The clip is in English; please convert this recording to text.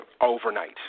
overnight